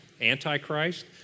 Antichrist